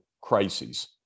crises